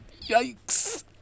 yikes